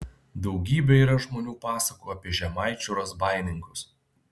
daugybė yra žmonių pasakų apie žemaičių razbaininkus